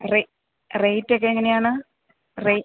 rate ഒഒക്കെ എങ്ങനെയാണ്